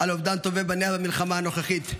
אובדן טובי בניה במלחמה הנוכחית,